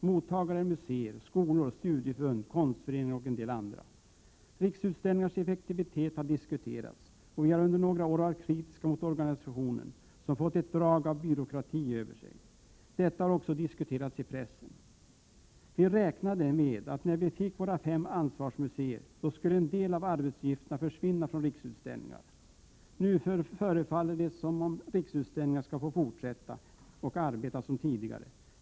Mottagare är museer, skolor, studieförbund, konstföreningar m.fl. Riksutställningars effektivitet har diskuterats, och vi har under några år varit kritiska mot organisationen som fått ett drag av byråkrati över sig. Detta har också diskuterats i pressen. Vi räknade med att en del arbetsuppgifter skulle försvinna från Riksutställningar, när vi fick våra fem ansvarsmuseer. Nu förefaller det som om Riksutställningar skall få fortsätta att arbeta som tidigare.